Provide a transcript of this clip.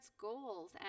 goals